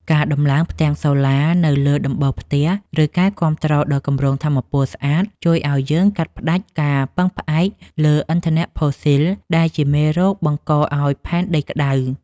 ការដំឡើងផ្ទាំងសូឡានៅលើដំបូលផ្ទះ ឬការគាំទ្រដល់គម្រោងថាមពលស្អាត ជួយឱ្យយើងកាត់ផ្ដាច់ការពឹងផ្អែកលើឥន្ធនៈផូស៊ីល ដែលជាមេរោគបង្កឱ្យផែនដីក្ដៅ។